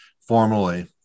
formally